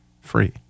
free